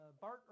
Bart